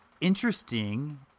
interesting